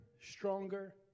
stronger